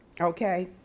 Okay